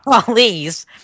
Please